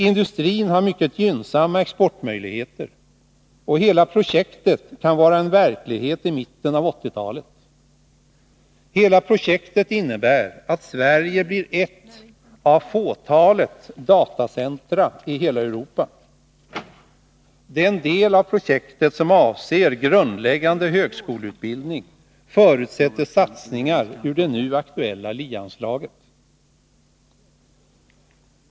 Industrin har mycket gynnsamma exportmöjligheter, och hela projektet kan vara en verklighet i mitten av 1980-talet. Projektet innebär att Sverige får ett av fåtalet datacentra i hela Europa. Den del av projektet som avser grundläggande högskoleutbildning förutsätter satsningar ur det nu aktuella LIE-anslaget.